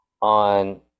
on